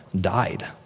died